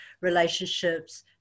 relationships